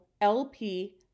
LP